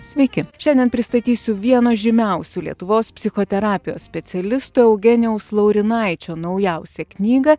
sveiki šiandien pristatysiu vieno žymiausių lietuvos psichoterapijos specialistų eugenijaus laurinaičio naujausią knygą